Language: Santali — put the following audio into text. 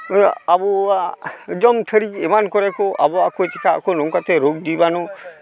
ᱟᱵᱚᱣᱟᱜ ᱡᱚᱢ ᱛᱷᱟᱹᱨᱤ ᱮᱢᱟᱱ ᱠᱚᱨᱮ ᱠᱚ ᱟᱵᱚᱜᱼᱟᱠᱚ ᱪᱮᱠᱟᱜᱼᱟ ᱠᱚ ᱱᱚᱝᱠᱟᱛᱮ ᱨᱳᱜᱽ ᱡᱤᱵᱟᱱᱩ